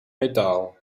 metaal